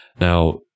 Now